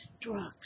Drugs